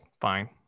fine